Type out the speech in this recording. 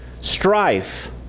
strife